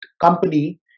company